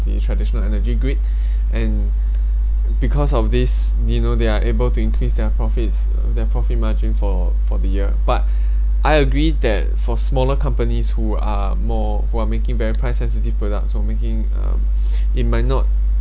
the traditional energy grid and because of this you know they're able to increase their profits their profit margin for for the year but I agree that for smaller companies who are more who are making very price sensitive products who are making um it might not